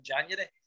January